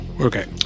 Okay